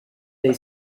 they